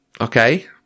okay